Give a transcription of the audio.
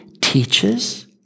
teaches